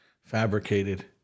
fabricated